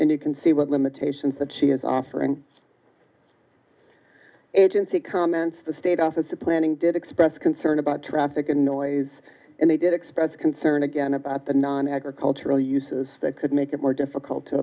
and you can see what limitations that she is offering agency comments the state office of planning did express concern about traffic and noise and they did express concern again about the non agricultural uses that could make it more difficult to